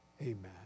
Amen